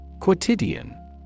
Quotidian